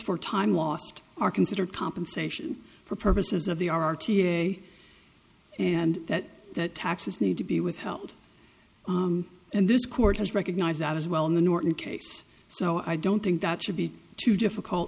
for time lost are considered compensation for purposes of the r t a and that that taxes need to be withheld and this court has recognized that as well in the norton case so i don't think that should be too difficult